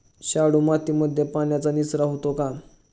शाडू मातीमध्ये पाण्याचा निचरा होतो का?